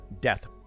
death